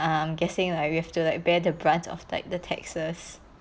I'm guessing like you have to like bear the brunt of like the taxes